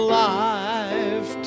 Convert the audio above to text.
life